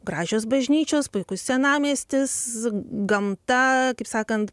gražios bažnyčios puikus senamiestis gamta kaip sakant